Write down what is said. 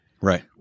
Right